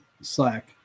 slack